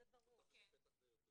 מ-30 יום", כי אחרת את פותחת פתח ליותר.